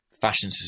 fashion